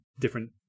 different